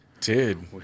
Dude